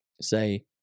say